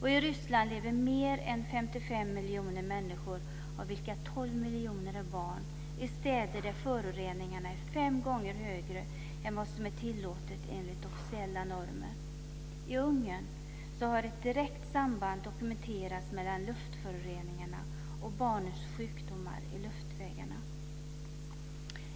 I Ryssland lever mer än 55 miljoner människor av vilka 12 miljoner är barn i städer där föroreningarna är fem gånger högre än vad som är tillåtet enligt officiella normer. I Ungern har ett direkt samband dokumenterats mellan luftföroreningarna och barnens sjukdomar i luftvägarna.